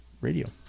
radio